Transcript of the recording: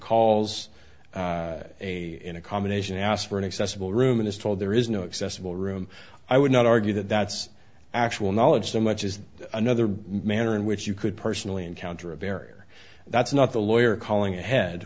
calls a in a combination asked for an accessible room and is told there is no excessive all room i would not argue that that's actual knowledge so much as another manner in which you could personally encounter a barrier that's not the lawyer calling ahead